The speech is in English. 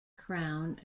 crown